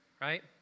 Right